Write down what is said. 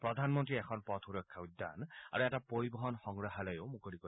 প্ৰধানমন্ত্ৰীয়ে এখন পথ সুৰক্ষা উদ্যান আৰু এটা পৰিবহণ সংগ্ৰহালয়ো মুকলি কৰিব